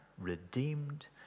redeemed